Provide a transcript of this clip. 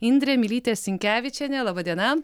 indrė mylytė sinkevičienė laba diena